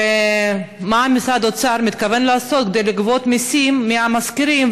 2. מה מתכוון משרד האוצר לעשות כדי לגבות מסים מהמשכירים,